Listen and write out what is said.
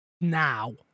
now